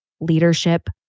leadership